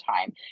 time